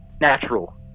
natural